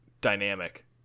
dynamic